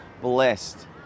blessed